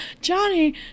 Johnny